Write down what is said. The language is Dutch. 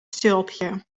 stulpje